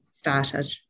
Started